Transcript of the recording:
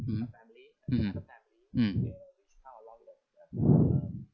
mm mm mm